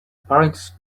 parentheses